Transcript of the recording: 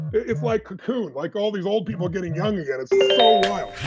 it's like cocoon, like all these old people getting young again. it's so wild.